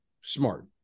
smart